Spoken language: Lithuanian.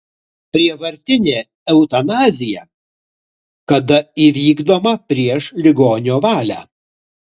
prievartinė eutanazija kada įvykdoma prieš ligonio valią